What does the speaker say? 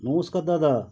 নমস্কার দাদা